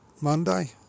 Monday